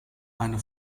eine